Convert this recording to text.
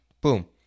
Boom